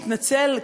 שהתנצל,